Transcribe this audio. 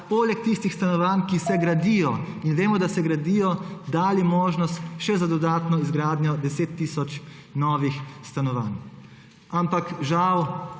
poleg tistih stanovanj, ki se gradijo, in vemo, da se gradijo, dali možnost še za dodatno izgradnjo 10 tisoč novih stanovanj. Ampak žal